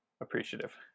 appreciative